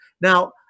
Now